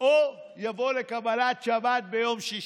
או יבוא לקבלת שבת ביום שישי.